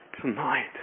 tonight